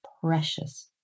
precious